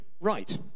right